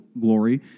glory